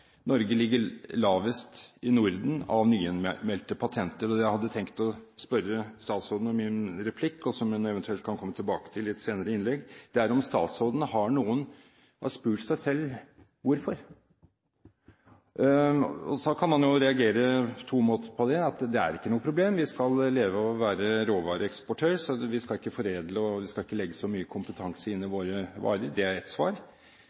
Norge ligger lavest i Norden når det gjelder nyinnmeldte patenter. Det jeg hadde tenkt å spørre statsråden om i en replikk, og som hun eventuelt kan komme tilbake til i et senere innlegg, er om statsråden har spurt seg selv hvorfor. Man kan reagere på to måter på det. Det er ikke noe problem, vi skal leve av å være råvareeksportør, så vi skal ikke foredle eller legge så mye kompetanse inn i våre varer. Det er ett svar.